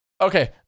Okay